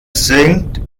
singt